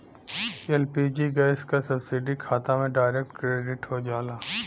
LPG gas क subsidy खाता में डायरेक्ट क्रेडिट हो जाला